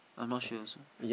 I'm not sure also